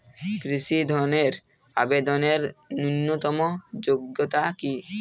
কৃষি ধনের আবেদনের ন্যূনতম যোগ্যতা কী?